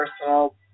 personal